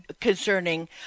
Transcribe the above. concerning